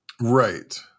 Right